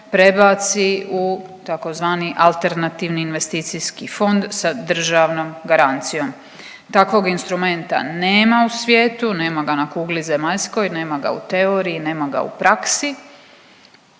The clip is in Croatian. prebaci u tzv. AIF sa državnom garancijom. Takvog instrumenta nema u svijetu, nema ga na kugli zemaljskoj, nema ga u teoriji, nema ga u praksi